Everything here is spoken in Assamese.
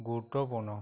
গুৰুত্বপূৰ্ণ